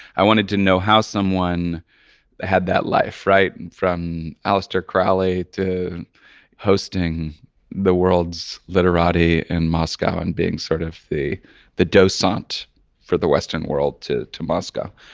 i wanted to know how someone had that life, right? and from aleister crowley to hosting the world's literati in moscow and being sort of the the docent for the western world to to moscow.